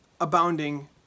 abounding